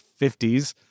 50s